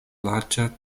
larĝa